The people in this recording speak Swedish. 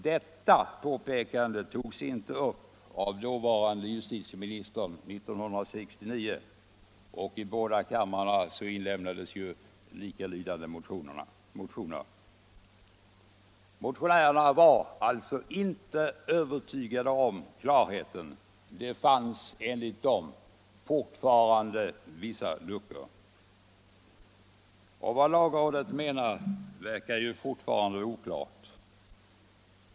Detta påpekande togs inte upp 1969 av dåvarande justitieministern. I riksdagens båda kamrar lämnades likalydande motioner. Motionärerna var alltså inte övertygade om klarheten. Det fanns enligt deras uppfattning fortfarande vissa luckor. Vad lagrådet menade verkar fortfarande oklart.